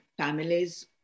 families